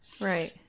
Right